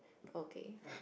okay